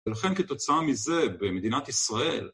ולכן כתוצאה מזה במדינת ישראל